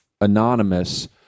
Anonymous